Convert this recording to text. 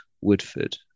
Woodford